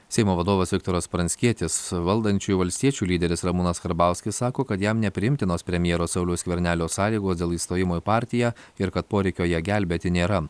seimo vadovas viktoras pranckietis valdančiųjų valstiečių lyderis ramūnas karbauskis sako kad jam nepriimtinos premjero sauliaus skvernelio sąlygos dėl įstojimo į partiją ir kad poreikio ją gelbėti nėra